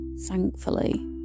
thankfully